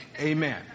Amen